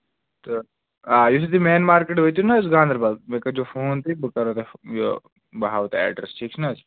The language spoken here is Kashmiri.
تہٕ آ یُتھٕے تُہۍ مین مارکیٹ وٲتِو نا حظ گاندَربَل مےٚ کٔرزیٚو فون تُہۍ بہٕ کَرہو تۄہہِ یہِ بہٕ ہاہو تۄہہِ ایٚڈرَس ٹھیٖک چھُنہٕ حظ